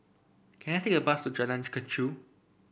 can I take a bus to Jalan Kechil